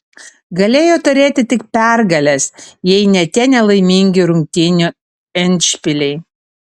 galėjo turėti tik pergales jei ne tie nelaimingi rungtynių endšpiliai